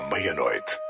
Meia-noite